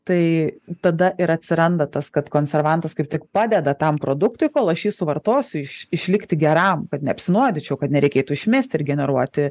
tai tada ir atsiranda tas kad konservantas kaip tik padeda tam produktui kol aš jį suvartosiu išlikti geram kad neapsinuodyčiau kad nereikėtų išmesti ir generuoti